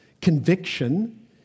conviction